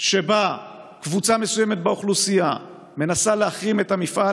שבה קבוצה מסוימת באוכלוסייה מנסה להחרים את המפעל,